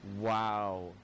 Wow